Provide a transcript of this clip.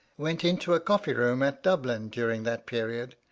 went into a coffee-room at dublin during that period,